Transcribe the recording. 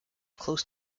close